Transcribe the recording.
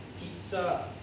Pizza